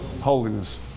Holiness